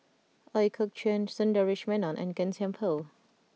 Ooi Kok Chuen Sundaresh Menon and Gan Thiam Poh